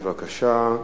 בבקשה,